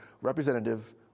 Representative